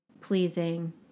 pleasing